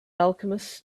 alchemists